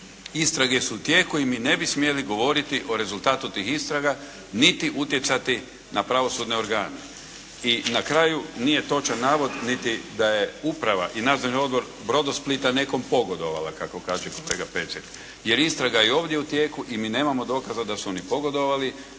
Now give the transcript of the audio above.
Istrage su u tijeku i mi ne bi smjeli govoriti o rezultatu tih istraga niti utjecati na pravosudne organe. I na kraju nije točan navod niti da je uprava i Nadzorni odbor Brodosplita nekom pogodovala kako kaže kolega Pecek jer istraga je i ovdje u tijeku i mi nemamo dokaza da su oni pogodovali.